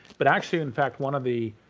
but actually in fact, one of the,